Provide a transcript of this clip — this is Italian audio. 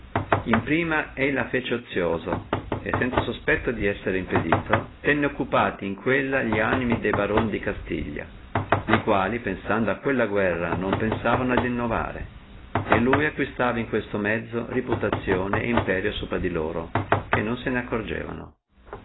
suo prima e la fece ozioso e sanza sospetto di essere impedito tenne occupati in quella li animi di quelli baroni di castiglia li quali pensando a quella guerra non pensavano a innovare e lui acquistava in quel mezzo reputazione et imperio sopra di loro che non se ne accorgevano